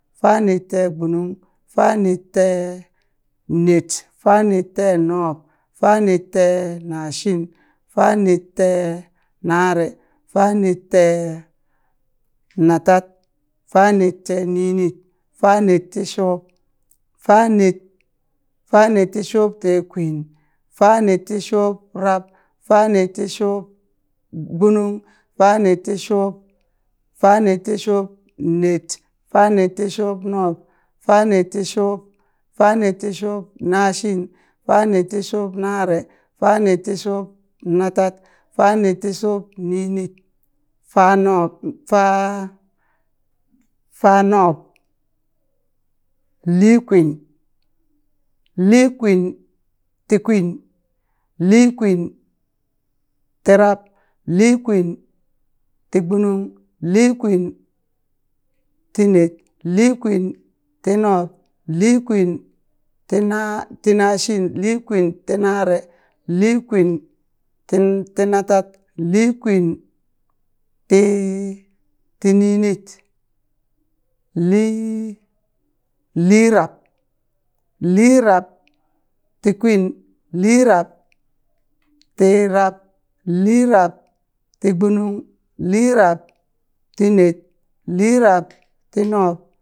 Fanedteegbunung, fanedteened, fanedteenub, fanedteenashin, fanedteenare, fanedteenatad, fanedteeninit, fanedtishub, faned fanedtishubteekwin, fanedtishubrab, fanedtishubgbunung, fanedtishub fanedtishubned, fanedtishubnub, fanedtishub fanedtishubnashin. fanedtishubnare, fanedtishubnatad, fanedtishubninit, fanub, faa- fanub, liikwin, liikwintikwin, liikwintirab, liikwintigbunung, liikwintined, liikwintinub, liikwintina tinashin, liikwintinare, liikwinti tinatad, liikwinti tininit, lii- liirab, liirabtikwin, liirabtirab, liirabtigbunung, liirabtined, liirabtinub